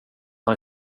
han